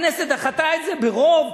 הכנסת דחתה את זה ברוב,